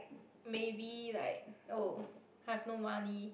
maybe like oh have no money